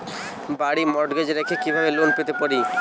বাড়ি মর্টগেজ রেখে কিভাবে লোন পেতে পারি?